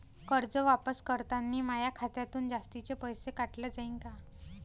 कर्ज वापस करतांनी माया खात्यातून जास्तीचे पैसे काटल्या जाईन का?